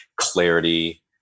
clarity